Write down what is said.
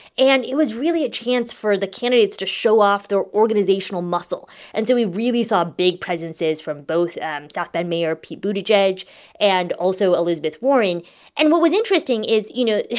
and it was really a chance for the candidates to show off their organizational muscle, and so we really saw big presences from both south bend mayor pete buttigieg and also elizabeth warren and what was interesting is, you know,